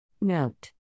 Note